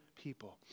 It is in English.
people